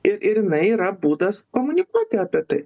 ir ir jinai yra būdas komunikuoti apie tai